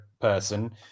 person